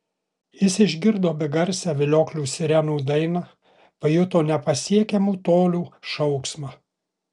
jis išgirdo begarsę vilioklių sirenų dainą pajuto nepasiekiamų tolių šauksmą